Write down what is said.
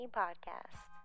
podcast